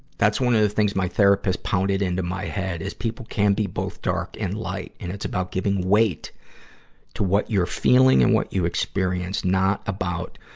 that's one of the things my therapist pounded into my head, is people can be both dark and light. and it's about giving weight to what you're feeling and what you experience, not about